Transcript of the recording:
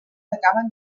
acaben